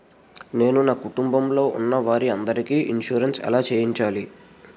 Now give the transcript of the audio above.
నేను నా కుటుంబం లొ ఉన్న వారి అందరికి ఇన్సురెన్స్ ఎలా చేయించాలి?